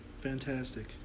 Fantastic